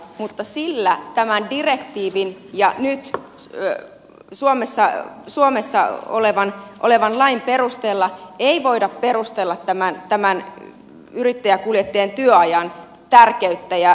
mutta sillä tämän direktiivin ja nyt suomessa olevan lain perusteella ei voida perustella tämän yrittäjäkuljettajien työajan tärkeyttä ja hyvyyttä